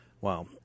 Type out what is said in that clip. Wow